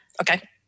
Okay